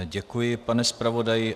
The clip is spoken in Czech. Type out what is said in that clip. Děkuji, pane zpravodaji.